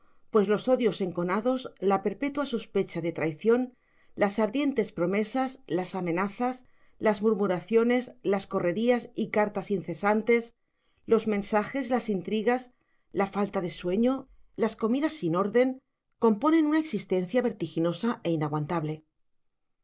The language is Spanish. pues los odios enconados la perpetua sospecha de traición las ardientes promesas las amenazas las murmuraciones las correrías y cartas incesantes los mensajes las intrigas la falta de sueño las comidas sin orden componen una existencia vertiginosa e inaguantable